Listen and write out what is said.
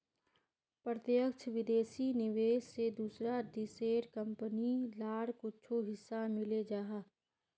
प्रत्यक्ष विदेशी निवेश से दूसरा देशेर कंपनी लार कुछु हिस्सा मिले जाहा